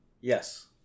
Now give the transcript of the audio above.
yes